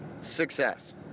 success